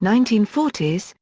nineteen forty s,